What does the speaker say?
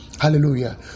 Hallelujah